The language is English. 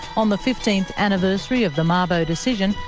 on the fifteenth anniversary of the mabo decision,